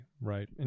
right